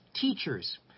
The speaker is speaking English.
teachers